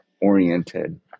oriented